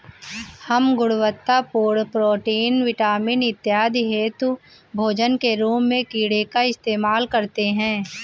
हम गुणवत्तापूर्ण protein, vitamin इत्यादि हेतु भोजन के रूप में कीड़े का इस्तेमाल करते हैं